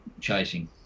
chasing